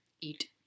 Eat